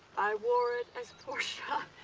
i wore it as portia.